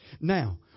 Now